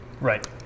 Right